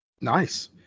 Nice